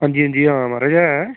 अंजी अंजी आं म्हाराज ऐ